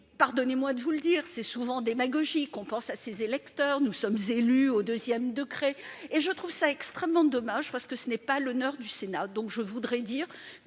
pardonnez-moi de vous le dire, c'est souvent, on pense à ses électeurs, nous sommes élus au 2ème degré et je trouve ça extrêmement dommage parce que ce n'est pas l'honneur du Sénat, donc je voudrais dire